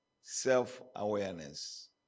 self-awareness